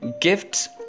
gifts